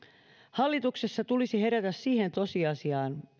hallituksessa tulisi herätä siihen tosiasiaan